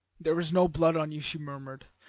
there is no blood on you she murmured.